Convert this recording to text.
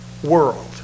World